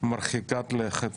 מרחיקת לכת